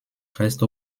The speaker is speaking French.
reste